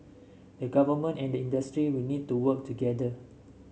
the government and the industry will need to work together